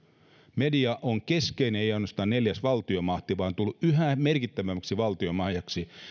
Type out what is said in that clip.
media on keskeinen valtiomahti ei ainoastaan neljäs valtiomahti vaan se on tullut yhä merkittävämmäksi valtiomahdiksi